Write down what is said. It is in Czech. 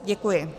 Děkuji.